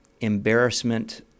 embarrassment